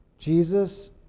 Jesus